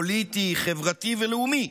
פוליטי, חברתי ולאומי.